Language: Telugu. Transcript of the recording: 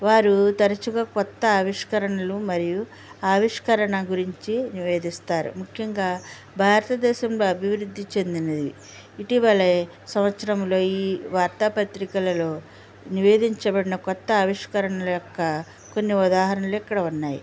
వారు తరుచుగా కొత్త ఆవిష్కరణలు మరియు ఆవిష్కరణ గురించి నివేధిస్తారు ముఖ్యంగా భారతదేశంలో అభివృద్ధి చెందినది ఇటీవలే సంవత్సరంలో ఈ వార్తాపత్రికలలో నివేధించబడిన కొత్త ఆవిష్కరణల యొక్క కొన్ని ఉదాహరణలు ఇక్కడ ఉన్నాయి